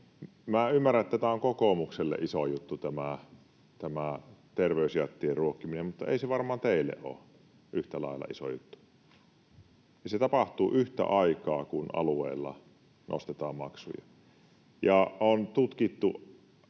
ymmärrän, että tämä on kokoomukselle iso juttu, tämä terveysjättien ruokkiminen, mutta ei se varmaan teille ole yhtä lailla iso juttu. Ja se tapahtuu yhtä aikaa, kun alueella nostetaan maksuja,